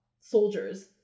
soldiers